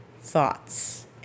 thoughts